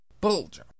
Bulger